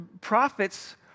prophets